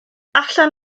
allan